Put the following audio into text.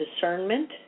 discernment